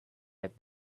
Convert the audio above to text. get